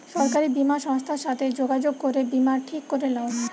সরকারি বীমা সংস্থার সাথে যোগাযোগ করে বীমা ঠিক করে লাও